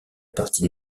partie